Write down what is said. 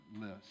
list